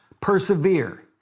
persevere